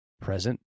present